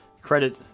Credit